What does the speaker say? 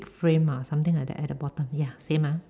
frame ah something like that at the bottom ya same ah